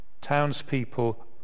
townspeople